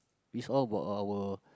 is all about our